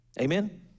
Amen